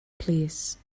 plîs